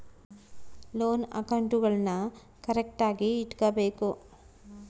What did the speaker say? loan ಅಕೌಂಟ್ಗುಳ್ನೂ ಕರೆಕ್ಟ್ಆಗಿ ಇಟಗಬೇಕು